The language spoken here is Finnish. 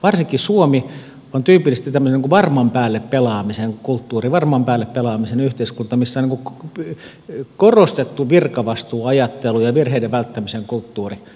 varsinkin suomi on tyypillisesti tämmöinen varman päälle pelaamisen kulttuuri varman päälle pelaamisen yhteiskunta missä on korostettu virkavastuuajattelu ja virheiden välttämisen kulttuuri